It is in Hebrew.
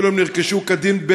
אפילו רכישה כדין,